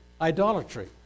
idolatry